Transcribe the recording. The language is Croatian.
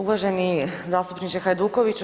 Uvaženi zastupniče Hajdukoviću.